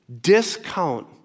discount